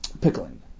pickling